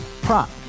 Prop